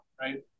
right